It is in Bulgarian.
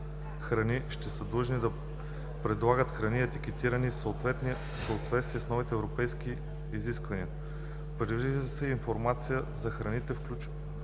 ще са длъжни да предлагат храни, етикетирани в съответствие с новите европейски изисквания. Предвижда се информацията за храните, включително